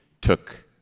took